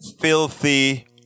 filthy